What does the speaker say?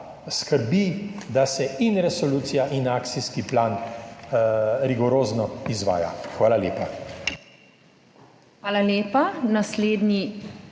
skrbi, da se in resolucija in akcijski plan rigorozno izvaja. Hvala lepa.